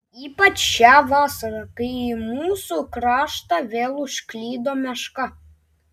ypač šią vasarą kai į mūsų kraštą vėl užklydo meška